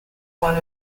one